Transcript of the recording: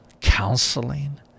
counseling